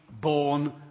born